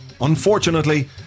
Unfortunately